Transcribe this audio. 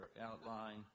outline